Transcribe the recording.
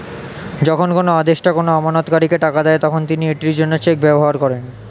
যখন কোনো আদেষ্টা কোনো আমানতকারীকে টাকা দেন, তখন তিনি এটির জন্য চেক ব্যবহার করেন